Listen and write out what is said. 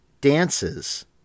dances